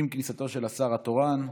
עם כניסתו של השר התורן.